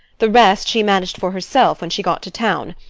the rest she managed for herself when she got to town.